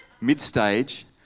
mid-stage